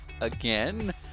again